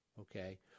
okay